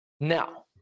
Now